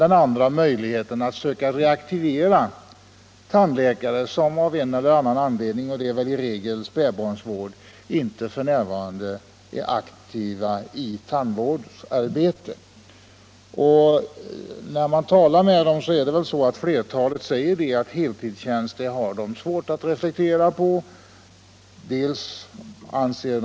En annan möjlighet är att söka reaktivera tandläkare som av en eller annan anledning, i regel spädbarnsvård, f.n. inte är aktiva i tandvårdsarbetet. Flertalet av dessa tandläkare förklarar att de har svårt att reflektera på heltidstjänster.